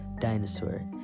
Dinosaur